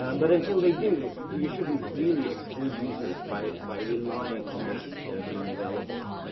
but until they do, you shouldn't really exclude users by by relying on this being available.